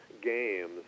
games